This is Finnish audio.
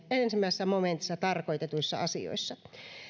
ensimmäisessä momentissa tarkoitetuissa asioissa